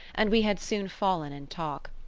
and we had soon fallen in talk.